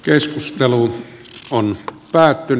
varapuhemies pekka ravi